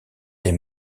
des